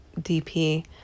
DP